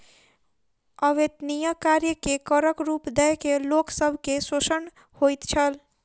अवेत्निया कार्य के करक रूप दय के लोक सब के शोषण होइत छल